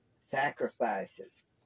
sacrifices